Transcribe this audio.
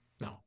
No